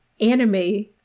anime